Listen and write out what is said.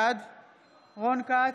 בעד רון כץ,